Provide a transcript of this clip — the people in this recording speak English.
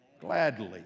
gladly